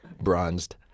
Bronzed